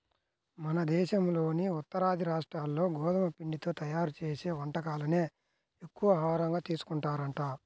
మన దేశంలోని ఉత్తరాది రాష్ట్రాల్లో గోధుమ పిండితో తయ్యారు చేసే వంటకాలనే ఎక్కువగా ఆహారంగా తీసుకుంటారంట